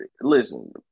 listen